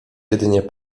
jedynie